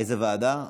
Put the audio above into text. איזו ועדה?